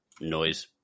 noise